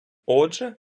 отже